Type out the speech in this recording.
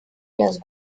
las